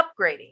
upgrading